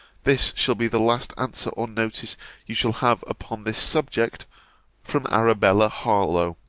this shall be the last answer or notice you shall have upon this subject from arabella harlowe.